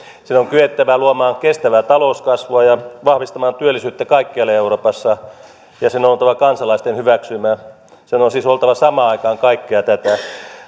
sen on kyettävä luomaan kestävää talouskasvua ja vahvistamaan työllisyyttä kaikkialle euroopassa ja sen on oltava kansalaisten hyväksymä sen on siis oltava samaan aikaan kaikkea tätä